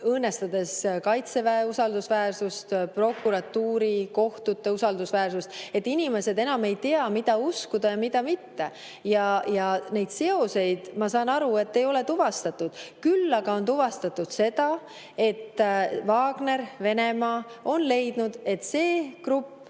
õõnestades Kaitseväe usaldusväärsust, prokuratuuri ja kohtute usaldusväärsust, et inimesed enam ei teaks, mida uskuda ja mida mitte. Neid seoseid, ma saan aru, ei ole tuvastatud. Küll aga on tuvastatud, et Wagner ja Venemaa on leidnud, et see grupp,